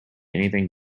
anything